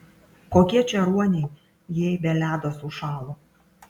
kokie čia ruoniai jei be ledo sušalo